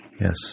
Yes